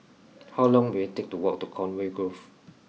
how long will it take to walk to Conway Grove